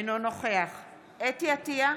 אינו נוכח חוה אתי עטייה,